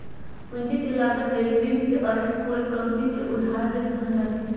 पूंजी के लागत ले ऋण के अर्थ कोय कंपनी से उधार लेल धनराशि हइ